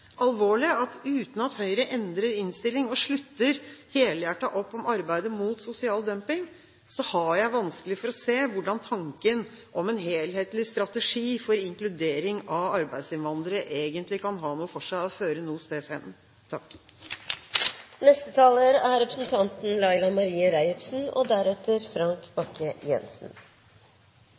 alvorlig at uten at Høyre endrer innstilling og slutter helhjertet opp om arbeidet mot sosial dumping, har jeg vanskelig for å se hvordan tanken om en helhetlig strategi for inkludering av arbeidsinnvandrere egentlig kan ha noe for seg og føre noensteds hen. Takk til interpellanten som reiser viktige spørsmål om eit tema og